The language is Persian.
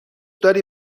داری